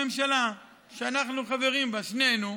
הממשלה שאנחנו חברים בה, שנינו,